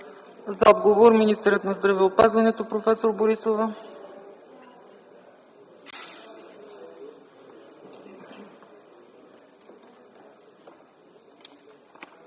За отговор – министърът на здравеопазването професор Борисова.